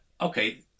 okay